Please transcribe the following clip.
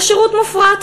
השירות מופרט.